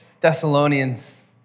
Thessalonians